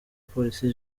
polisi